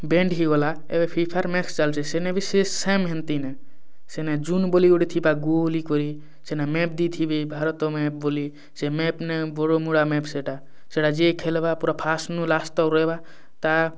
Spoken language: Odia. ବେଣ୍ଡ ହେଇଗଲା ଏବେ ଫ୍ରିଫାୟାର୍ ମାକ୍ସ ଚାଲୁଛି ସେନେ ବି ସେ ସେମ୍ ହେମିତି ନା ସେନେ ଜୁମ୍ ବୋଲି ଗୋଟେ ଥିବା ଗୋଲି କରି ସେନେ ମ୍ୟାପ୍ ଦୁଇ ଥିବେ ଭାରତ ମ୍ୟାପ୍ ବୋଲି ସେ ମ୍ୟାପ୍ନେ ସେଇଟା ସେଇଟା ଯିଏ ଖେଲବା ପୁରା ଫାଷ୍ଟନୁ ଲାଷ୍ଟ ତକ ରହିବା ତା'